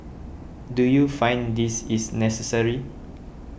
do you find this is necessary